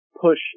push